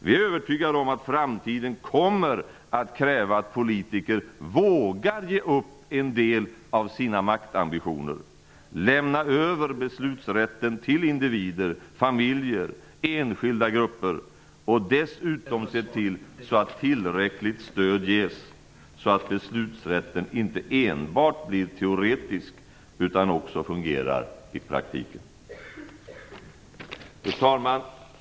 Vi är övertygade om att framtiden kommer att kräva att politiker vågar ge upp en del av sina maktambitioner, lämna över beslutsrätten till individer, familjer och enskilda grupper och dessutom se till att tillräckligt stöd ges så att beslutsrätten inte enbart blir teoretisk, utan också fungerar i praktiken. Fru talman!